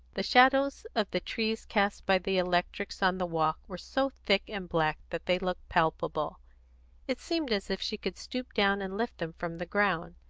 the shadows of the trees cast by the electrics on the walks were so thick and black that they looked palpable it seemed as if she could stoop down and lift them from the ground.